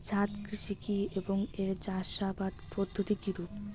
ছাদ কৃষি কী এবং এর চাষাবাদ পদ্ধতি কিরূপ?